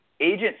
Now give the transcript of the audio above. Agent